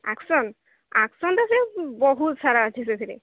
action action ତ ସେ ବହୁତ ସାରା ଅଛି ସେଥିରେ